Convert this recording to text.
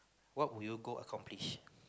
what would you go accomplish